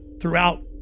throughout